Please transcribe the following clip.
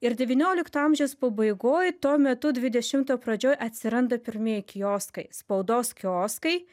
ir devyniolikto amžiaus pabaigoj tuo metu dvidešimto pradžioj atsiranda pirmieji kioskai spaudos kioskai